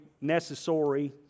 necessary